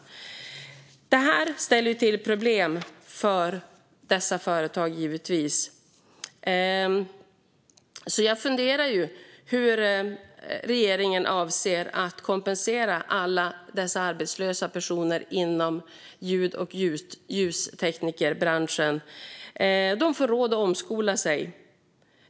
Det här ställer givetvis till problem för dessa företag. Jag funderar på hur regeringen avser att kompensera alla dessa arbetslösa personer inom ljud och ljusteknikbranschen. De får rådet att omskola sig.